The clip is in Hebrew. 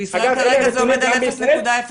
בישראל זה עומד כרגע על 0.03%,